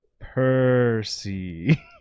Percy